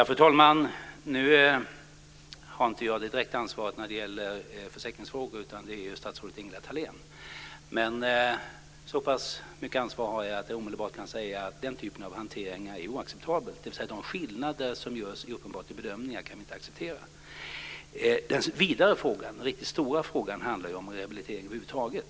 Fru talman! Nu har jag inte det direkta ansvaret för försäkringsfrågor, utan det har statsrådet Ingela Thalén. Men så pass mycket ansvar har jag att jag omedelbart kan säga att den typen av hantering är oacceptabel. De skillnader som uppenbart finns i bedömningen kan vi inte acceptera. Den riktigt stora frågan handlar om rehabilitering över huvud taget.